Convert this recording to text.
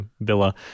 villa